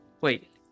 wait